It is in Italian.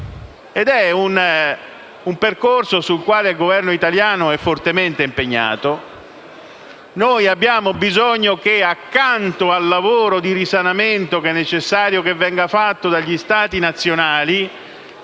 è un percorso sul quale il Governo italiano è fortemente impegnato: abbiamo infatti bisogno che, accanto al lavoro di risanamento, che è necessario venga fatto dagli Stati nazionali,